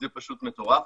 זה פשוט מטורף,